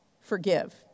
forgive